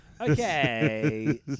Okay